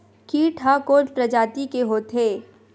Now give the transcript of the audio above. कीट ह कोन प्रजाति के होथे?